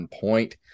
point